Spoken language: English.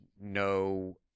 no